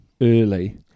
early